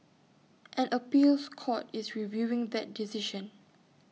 an appeals court is reviewing that decision